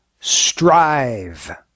strive